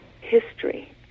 history